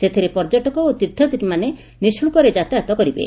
ସେଥିରେ ପର୍ଯ୍ୟଟକ ଓ ତୀର୍ଥଯାତ୍ରୀମାନେ ନିଃଶୁଳ୍କରେ ଯାତାୟତ କରିବେ